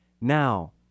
Now